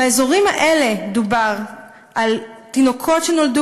באזורים האלה דובר על תינוקות שנולדו